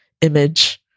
image